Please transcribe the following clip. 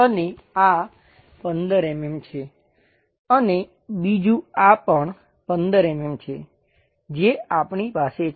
અને આ 15 mm છે અને બીજું આ પણ 15 mm છે જે આપણી પાસે છે